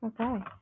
Okay